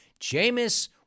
Jameis